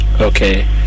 Okay